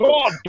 God